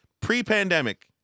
Pre-pandemic